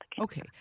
Okay